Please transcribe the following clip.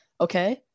okay